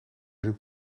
doet